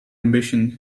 ambition